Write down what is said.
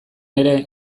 ere